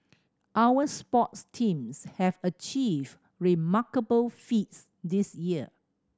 our sports teams have achieved remarkable feats this year